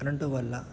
current వల్ల